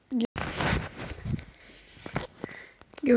गेहूँ की सबसे उच्च उपज बाली किस्म कौनसी है?